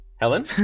Helen